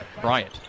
Bryant